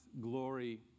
glory